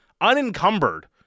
unencumbered